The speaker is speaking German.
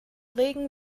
regen